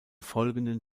folgenden